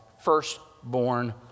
firstborn